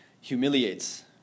humiliates